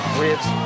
ribs